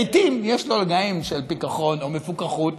לעיתים יש לו רגעים של פיקחון או מפוקחות,